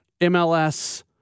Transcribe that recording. MLS